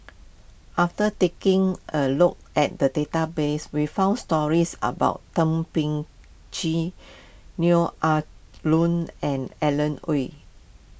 after taking a look at the database we found stories about Thum Ping Tjin Neo Ah Luan and Alan Oei